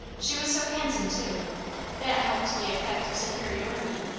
she was so handsome, too that helped the effect of superiority.